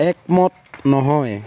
একমত নহয়